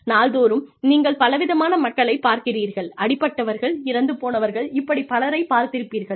நாள்தோறும் நீங்கள் பலவிதமான மக்களைப் பார்க்கிறீர்கள் அடிபட்டவர்கள் இறந்து போனவர்கள் இப்படி பலரைப் பார்த்திருப்பீர்கள்